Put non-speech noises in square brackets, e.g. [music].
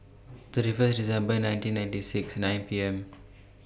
[noise] thirty First December nineteen ninety six nine P M